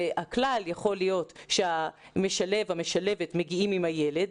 הכלל יכול להיות שהמשלב או המשלבת מגיעים עם הילד,